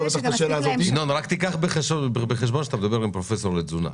ינון, קח בחשבון שאתה מדבר עם פרופסור לתזונה.